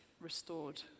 restored